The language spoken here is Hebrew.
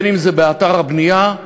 אם זה באתר הבנייה,